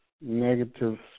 negative